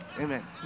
Amen